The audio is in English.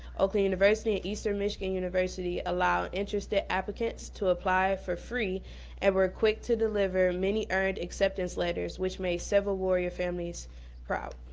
oakland university, and eastern michigan university allowed interested applicants to apply for free and were quick to deliver and many earned acceptance letters, which made several warrior families proud.